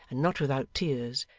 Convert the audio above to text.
and not without tears,